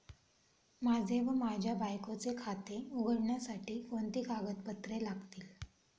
माझे व माझ्या बायकोचे खाते उघडण्यासाठी कोणती कागदपत्रे लागतील?